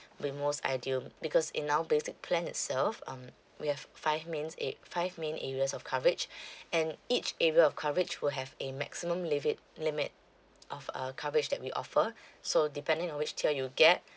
the most ideal because in our basic plan itself um we have five mains a~ five main areas of coverage and each area of coverage will have a maximum limit limit of uh coverage that we offer so depending on which tier you get